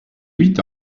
huit